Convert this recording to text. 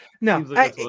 No